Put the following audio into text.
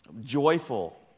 joyful